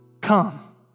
Come